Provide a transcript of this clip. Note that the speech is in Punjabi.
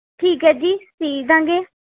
ਠੀਕ ਹੈ ਜੀ ਸੀਅ ਦੇਵਾਂਗੇ